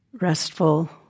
restful